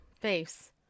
face